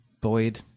Boyd